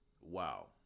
Wow